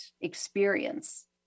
experience